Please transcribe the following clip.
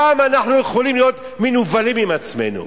כמה אנחנו יכולים להיות מנוולים עם עצמנו.